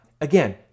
Again